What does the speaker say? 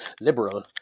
liberal